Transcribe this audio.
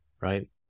right